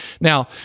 Now